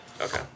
Okay